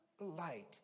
light